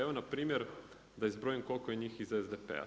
Evo npr. da izbrojim koliko je njih iz SDP-a.